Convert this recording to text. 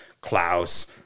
Klaus